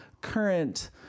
current